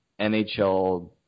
NHL